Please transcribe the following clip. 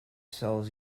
sells